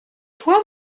toi